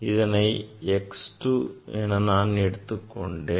இதனை நான் x2 என எடுத்துக் கொண்டேன்